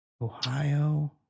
Ohio